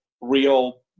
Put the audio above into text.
real